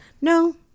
No